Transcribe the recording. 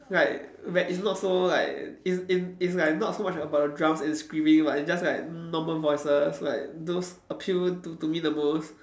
like where it's not so like it's it's it's like not so much about the drums and screaming but it just like normal voices like those appeal to to me the most